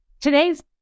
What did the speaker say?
Today's